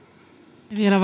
vielä